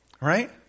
Right